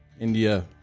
India